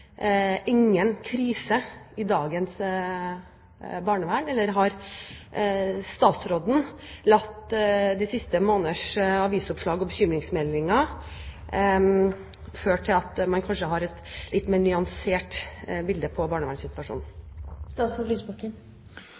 krise i dagens barnevern, eller har de siste måneders avisoppslag og bekymringsmeldinger ført til at statsråden har et litt mer nyansert bilde